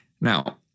Now